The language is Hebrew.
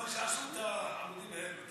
אבל כשעשו את העמודים האלה, את